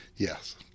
yes